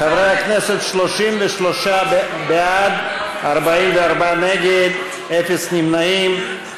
חברי הכנסת, 33 בעד, 44 נגד, אפס נמנעים.